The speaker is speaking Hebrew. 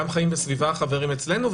גם "חיים וסביבה" חברים אצלנו,